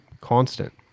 constant